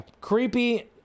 creepy